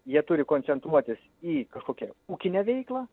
jie turi koncentruotis į kažkokią ūkinę veiklą